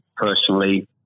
personally